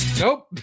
nope